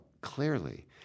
clearly